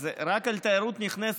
אז זה רק בתיירות נכנסת.